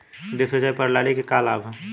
Drip सिंचाई प्रणाली के का लाभ ह?